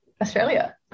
Australia